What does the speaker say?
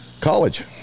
college